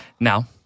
Now